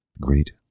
Great